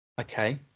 Okay